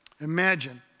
Imagine